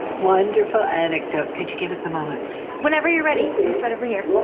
wonderful anecdote. can you give us a moment please. whenever you're ready. i'm so right over here.